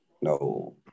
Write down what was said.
no